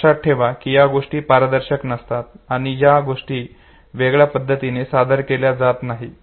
लक्षात ठेवा की या गोष्टी पारदर्शक नसतात आणि या गोष्टी वेगळ्या पद्धतीने सादर केल्या जात नाहीत